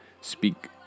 speak